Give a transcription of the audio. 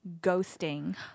ghosting